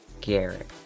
Garrett